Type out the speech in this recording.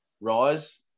rise